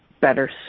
better